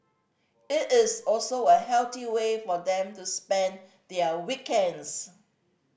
it is also a healthy way for them to spend their weekends